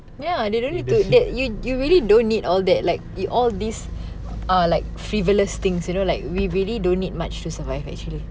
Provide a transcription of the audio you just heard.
ya they don't need to that you you really don't need all that like it all these are like frivolous things you know like we really don't need much to survive actually